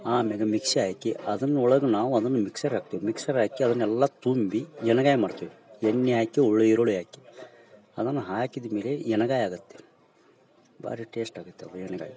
ಆಮೇಗ mixie ಹಾಕಿ ಅದುನ್ನ ಒಳಗೆ ನಾವು ಅದ್ನ ಮಿಕ್ಸರ್ ಹಾಕ್ತೇವಿ ಮಿಕ್ಸರ್ ಹಾಕಿ ಅದನ್ನೆಲ್ಲ ತುಂಬಿ ಎಣ್ಗಾಯಿ ಮಾಡ್ತೇವಿ ಎಣ್ಣೆ ಹಾಕಿ ಒಳ್ಳೆಯ ಈರುಳ್ಳಿ ಹಾಕಿ ಅದನ್ನ ಹಾಕಿದ್ಮೇಲೆ ಎಣ್ಗಾಯಿ ಆಗುತ್ತೆ ಭಾರಿ ಟೇಸ್ಟ್ ಆಗತ್ತೆ ಅದು ಎಣ್ಗಾಯಿ